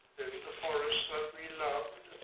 the forest that we loved,